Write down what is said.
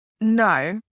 No